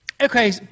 Okay